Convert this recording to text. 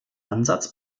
ansatz